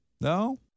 No